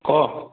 ক